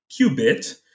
qubit